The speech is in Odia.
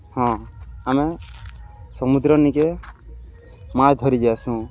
ହଁ ଆମେ ସମୁଦ୍ର ନିକେ ମାଛ ଧରିଯି ଯାଏସୁଁ